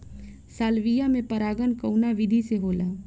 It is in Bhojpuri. सालविया में परागण कउना विधि से होला?